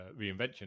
reinvention